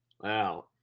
wow